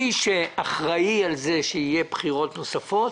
מי שאחראי על זה שיהיו בחירות נוספות